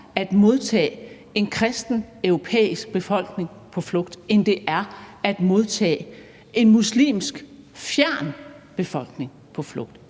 at modtage en kristen europæisk befolkning på flugt, end det er at modtage en muslimsk og fjern befolkning på flugt.